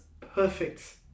perfect